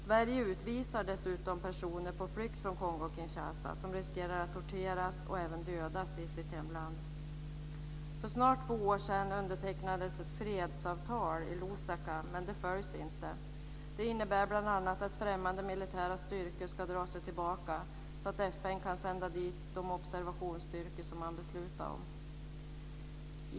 Sverige utvisar dessutom personer på flykt från Kongo-Kinshasa som riskerar att torteras och även dödas i sitt hemland. För snart två år sedan undertecknades ett fredsavtal i Lusaka, men det följs inte. Det innebär bl.a. att främmande militära styrkor ska dra sig tillbaka så att FN kan sända dit de observationsstyrkor som man beslutat om.